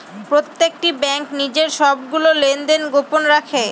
প্রত্যেকটি ব্যাঙ্ক নিজের সবগুলো লেনদেন গোপন রাখে